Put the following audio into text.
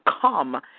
come